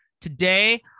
Today